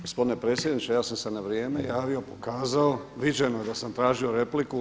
Gospodine predsjedniče, ja sam se na vrijeme javio, viđeno je da sam tražio repliku.